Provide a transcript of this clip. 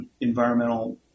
environmental